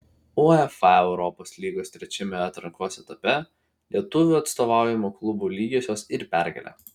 uefa europos lygos trečiame atrankos etape lietuvių atstovaujamų klubų lygiosios ir pergalė